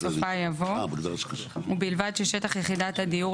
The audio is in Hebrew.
בסופה יבוא "ובלבד ששטח יחידת הדיור,